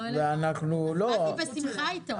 באתי בשמחה איתו.